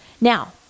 Now